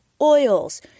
oils